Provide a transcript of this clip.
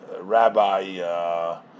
rabbi